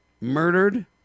murdered